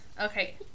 okay